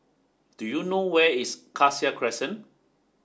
do you know where is Cassia Crescent